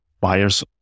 buyers